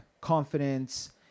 confidence